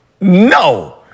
no